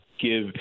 give